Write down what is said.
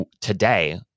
today